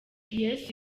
yesu